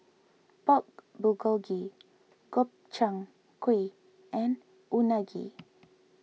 Pork Bulgogi Gobchang Gui and Unagi